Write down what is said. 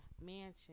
mansion